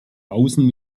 außen